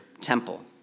temple